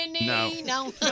No